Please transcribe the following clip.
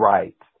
Right